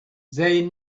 they